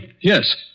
Yes